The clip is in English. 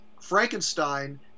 Frankenstein